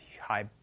high